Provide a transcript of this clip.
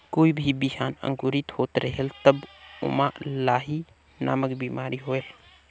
कोई भी बिहान अंकुरित होत रेहेल तब ओमा लाही नामक बिमारी होयल?